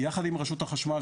יחד עם רשות החשמל,